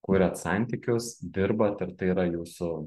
kuriat santykius dirbat ir tai yra jūsų